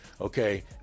Okay